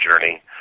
journey